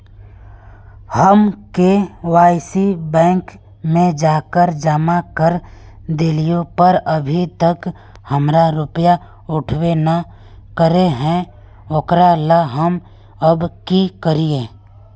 हम KYC bank में जाके जमा कर देलिए पर अभी तक हमर रुपया उठबे न करे है ओकरा ला हम अब की करिए?